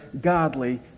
godly